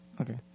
Okay